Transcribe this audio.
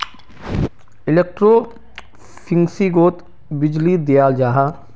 एलेक्ट्रोफिशिंगोत बीजली दियाल जाहा